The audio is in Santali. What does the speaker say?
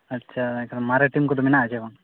ᱟᱪᱪᱷᱟ ᱮᱱᱠᱷᱟᱱ ᱢᱟᱨᱮ ᱴᱤᱢ ᱠᱚᱫᱚ ᱢᱮᱱᱟᱜᱼᱟ ᱥᱮ ᱵᱟᱝ